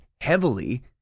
heavily